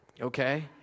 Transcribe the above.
okay